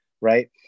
right